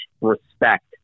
respect